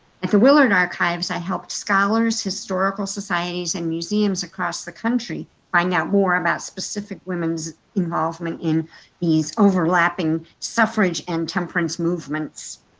at the willard archives i helped scholars, historical societies and museums across the country find out more about specific women's involvement in these overlapping suffrage and temperance movements.